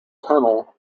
tunnel